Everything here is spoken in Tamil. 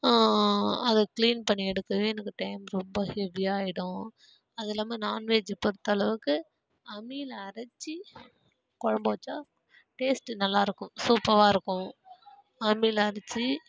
அதை கிளீன் பண்ணி எடுக்கவே எனக்கு டைம் ரொம்ப ஹெவியாக ஆகிடும் அது இல்லாமல் நான்வெஜ் பொறுத்த அளவுக்கு அம்மியில் அரைச்சி குழம்பு வச்சா டேஸ்ட்டு நல்லாயிருக்கும் சூப்பரா இருக்கும் அம்மியில் அரைச்சி